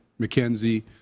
mckenzie